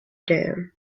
dan